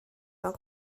mewn